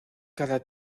cada